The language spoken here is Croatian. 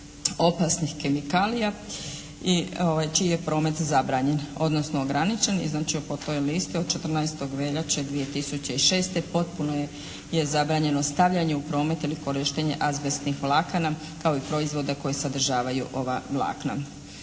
opasnih kemikalija čiji je promet zabranjen odnosno ograničen. I znači po toj listi od 14. veljače 2006. potpuno je zabranjeno stavljanje u promet ili korištenje azbestnih vlakana kao i proizvoda koji sadržavaju ova vlakna.